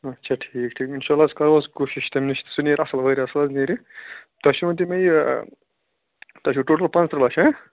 اچھا ٹھیٖک ٹھیٖک اِنشاء اللہ حظ کَرو حظ کوٗشِش تمہِ نِش سُہ نیٚرِ اَصٕل واریاہ اَصٕل حظ نیٚرِ تۄہہِ چھُو وۄنۍ تَمۍ آیہِ تۄہہِ چھُو ٹوٹل پانٛژھ تٕرٛہ لچھ ہہ